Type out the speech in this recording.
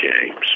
James